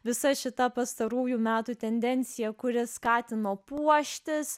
visa šita pastarųjų metų tendencija kuri skatino puoštis